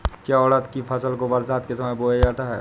क्या उड़द की फसल को बरसात के समय बोया जाता है?